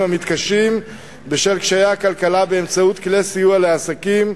המתקשים בשל קשיי הכלכלה באמצעות כלי סיוע לעסקים,